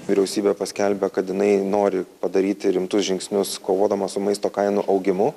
vyriausybė paskelbė kad jinai nori padaryti rimtus žingsnius kovodama su maisto kainų augimu